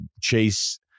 chase